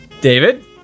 David